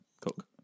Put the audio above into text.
cook